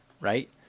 right